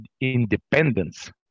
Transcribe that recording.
independence